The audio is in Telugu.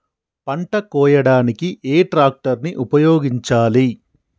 పంట కోయడానికి ఏ ట్రాక్టర్ ని ఉపయోగించాలి?